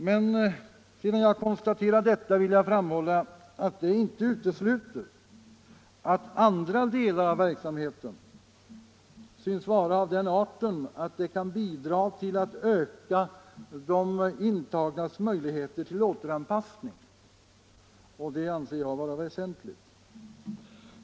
Men sedan jag konstaterat detta vill jag framhålla att det inte utesluter att andra delar av verksamheten synes vara av den arten att de kan bidra till att öka de intagnas möjligheter till åter 15 anpassning, och det anser jag vara väsentligt.